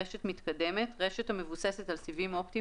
"רשת מתקדמת" רשת המבוססת על סיבים אופטיים